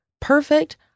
Perfect